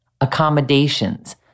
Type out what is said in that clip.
accommodations